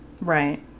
Right